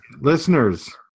listeners